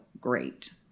great